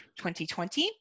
2020